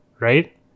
Right